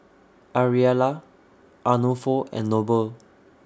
Ariella Arnulfo and Noble